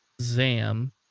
Zam